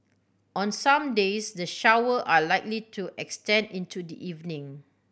on some days the shower are likely to extend into the evening